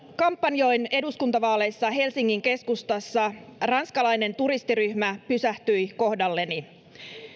kampanjoin eduskuntavaaleissa helsingin keskustassa ranskalainen turistiryhmä pysähtyi kohdalleni